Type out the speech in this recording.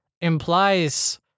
implies